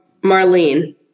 Marlene